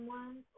one